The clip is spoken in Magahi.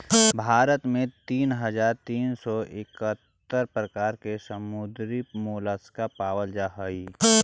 भारत में तीन हज़ार तीन सौ इकहत्तर प्रकार के समुद्री मोलस्का पाबल जा हई